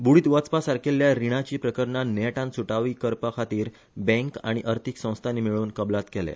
बुडीत वचपा सारखेल्या रीणाची प्रकरणा नेटान सुटावी करपा खातीर बँक आनी अर्थिक संस्थानी मेळ्न कबलात केल्या